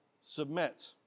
submit